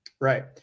Right